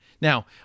Now